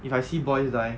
if I see boys die